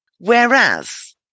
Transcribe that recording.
Whereas